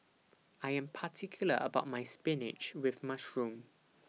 I Am particular about My Spinach with Mushroom